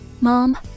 Mom